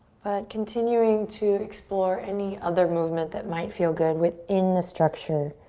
but continuing to explore any other movement that might feel good within the structure.